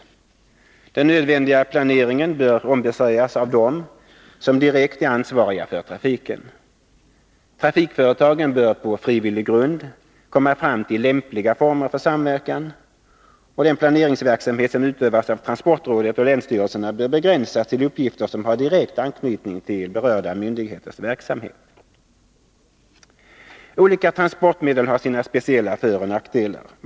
Den nödvändiga planeringen bör ombesörjas av dem som direkt är ansvariga för trafiken. Trafikföretagen bör på frivillig grund komma fram till lämpliga former för samverkan. Den planeringsverksamhet som nikationsdeparteutövas av transportrådet och länsstyrelserna bör begränsas till uppgifter som = mentets verksamhar direkt anknytning till berörda myndigheters verksamhet. hetsområde Olika transportmedel har sina speciella föroch nackdelar.